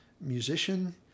musician